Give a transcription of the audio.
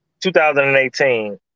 2018